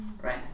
right